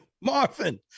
Marvin